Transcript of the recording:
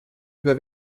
über